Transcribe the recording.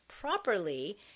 properly